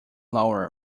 laura